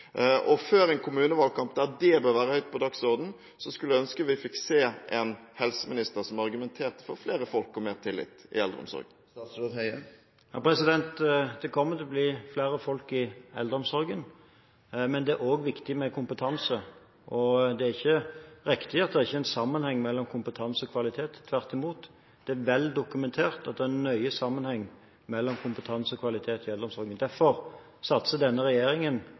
Før en kommunevalgkamp der det burde være høyt på dagsordenen, skulle jeg ønske vi fikk se en helseminister som argumenterte for flere folk og mer tillit i eldreomsorgen. Det kommer til å bli flere folk i eldreomsorgen, men det er også viktig med kompetanse. Det er ikke riktig at det ikke er en sammenheng mellom kompetanse og kvalitet – tvert imot. Det er godt dokumentert at det er en nøye sammenheng mellom kompetanse og kvalitet i eldreomsorgen. Derfor satser denne regjeringen